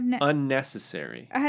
Unnecessary